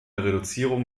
reduzierung